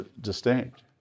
distinct